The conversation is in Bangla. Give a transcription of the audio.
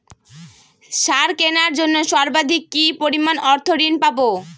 সার কেনার জন্য সর্বাধিক কি পরিমাণ অর্থ ঋণ পাব?